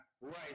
right